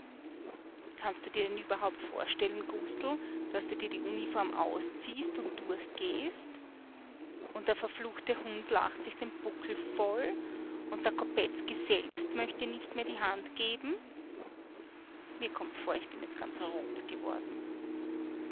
kannst du dir denn überhaupt vorstellen gustl daß du dir die uniform ausziehst und durchgehst und der verfluchte hund lacht sich den buckel voll und der kopetzky selbst möcht dir nicht mehr die hand geben mir kommt vor ich bin jetzt ganz rot geworden